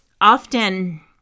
often